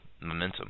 momentum